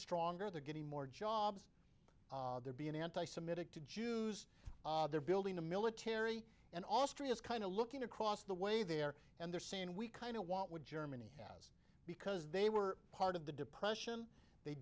stronger they're getting more jobs they're being anti semitic to jews they're building a military and austria is kind of looking across the way there and they're saying we kind of want what germany had because they were part of the depression they